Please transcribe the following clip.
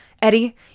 Eddie